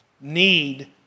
need